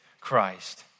Christ